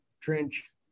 trench